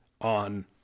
on